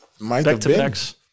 back-to-backs